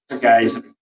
Guys